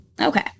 okay